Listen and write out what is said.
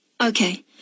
Okay